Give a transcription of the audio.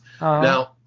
Now